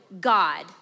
God